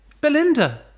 Belinda